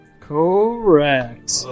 Correct